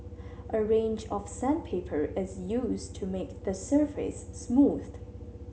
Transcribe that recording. a range of sandpaper is used to make the surface smooth